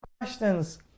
questions